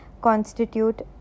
constitute